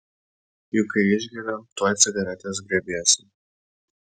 juk kai išgeri tuoj cigaretės griebiesi